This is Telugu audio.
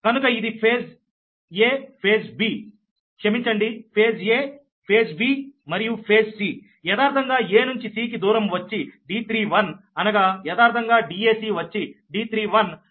కనుక ఇది ఫేజ్ aఫేజ్ bక్షమించండి ఫేజ్ aఫేజ్ bమరియు ఫేజ్ cయదార్ధంగా a నుంచి c కి దూరం వచ్చి D31 అనగా యదార్ధంగా Dac వచ్చి D31